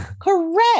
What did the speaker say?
Correct